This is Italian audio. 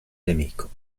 nemico